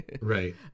Right